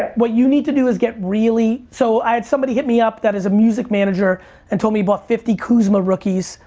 what you need to do is get really, so i had somebody hit me up that is a music manager and told me he bought fifty kuzma rookies.